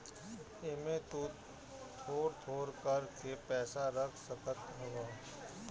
एमे तु थोड़ थोड़ कर के पैसा रख सकत हवअ